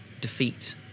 defeat